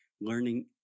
Learning